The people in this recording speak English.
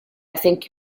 think